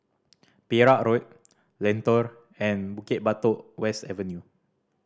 Perak Road Lentor and Bukit Batok West Avenue